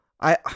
I-